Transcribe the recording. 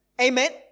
Amen